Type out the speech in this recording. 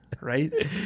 right